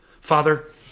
Father